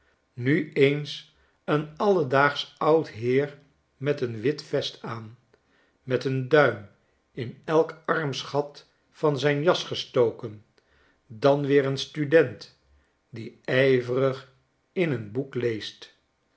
nu eens een alledaagsch oud heer met een wit vest aan met een duim in elk armsgat van zijn jas gestoken dan weer een student die ijverig in een boek leest